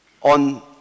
on